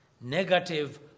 negative